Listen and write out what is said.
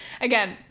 again